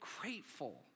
grateful